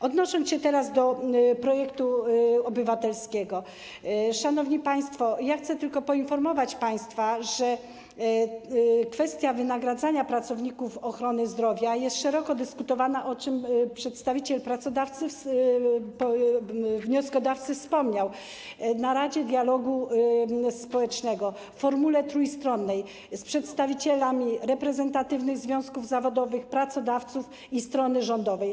Odnosząc się teraz do projektu obywatelskiego, szanowni państwo, chcę tylko poinformować, że kwestia wynagradzania pracowników ochrony zdrowia jest szeroko dyskutowana - o czym przedstawiciel wnioskodawcy wspomniał - w Radzie Dialogu Społecznego w formule trójstronnej z przedstawicielami reprezentatywnych związków zawodowych, pracodawców i strony rządowej.